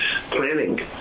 planning